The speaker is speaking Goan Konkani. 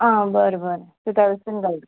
आ बरें बरें घाल